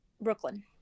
Brooklyn